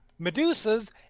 medusas